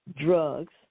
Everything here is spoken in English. drugs